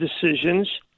decisions